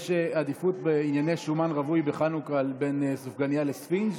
יש עדיפות בענייני שומן רווי בחנוכה בין סופגנייה לספינג',